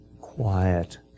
Quiet